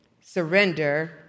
Surrender